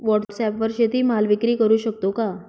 व्हॉटसॲपवर शेती माल विक्री करु शकतो का?